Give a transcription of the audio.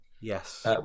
yes